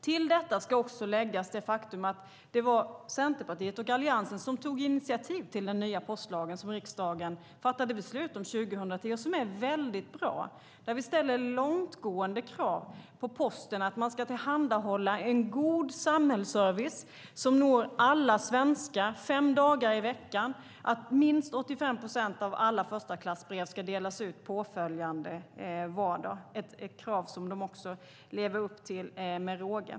Till detta ska läggas det faktum att det var Centerpartiet och Alliansen som tog initiativ till den nya postlag riksdagen fattade beslut om 2010 och som är väldigt bra. Vi ställer där långtgående krav på att Posten ska tillhandahålla en god samhällsservice som når alla svenskar fem dagar i veckan och att minst 85 procent av alla förstaklassbrev ska delas ut påföljande vardag. Det är ett krav man också lever upp till med råge.